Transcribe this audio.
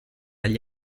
agli